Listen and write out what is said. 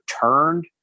turned